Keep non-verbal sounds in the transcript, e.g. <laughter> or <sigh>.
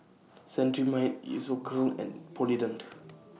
Cetrimide Isocal and Polident <noise>